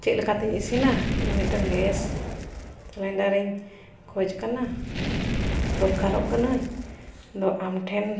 ᱪᱮᱫ ᱞᱮᱠᱟᱛᱤᱧ ᱤᱥᱤᱱᱟ ᱤᱧ ᱢᱤᱫᱴᱟᱝ ᱜᱮᱥ ᱥᱤᱞᱤᱱᱰᱟᱨ ᱤᱧ ᱠᱷᱚᱡ ᱠᱟᱱᱟ ᱫᱚᱨᱠᱟᱨᱚᱜ ᱠᱟᱱᱟᱧ ᱟᱫᱚ ᱟᱢ ᱴᱷᱮᱱ